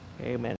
Amen